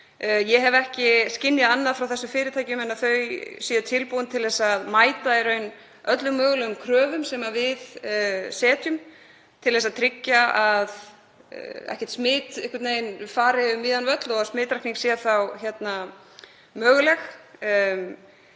Ég hef ekki skynjað annað frá þessum fyrirtækjum en að þau séu í raun tilbúin til að mæta öllum mögulegum kröfum sem við gerum til að tryggja að ekkert smit fari um víðan völl og smitrakning sé þá möguleg.